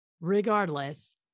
Regardless